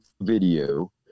video